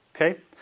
okay